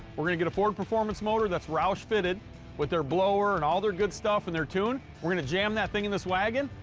we're gonna get a ford performance motor that's roush-fitted with their blower and all their good stuff and their tune, and we're gonna jam that thing in this wagon,